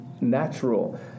natural